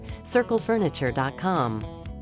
CircleFurniture.com